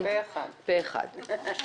הצבעה בעד, 1 נגד, אין